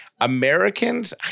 Americans